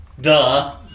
Duh